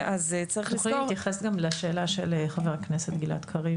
תוכלי להתייחס גם לשאלה של חבר הכנסת גלעד קריב